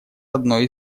одной